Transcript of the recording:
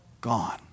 gone